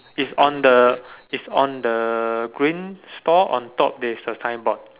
it's on the it's on the green store on top there is a signboard